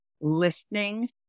listening